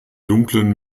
dunklen